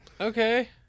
Okay